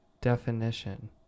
definition